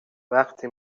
وقتی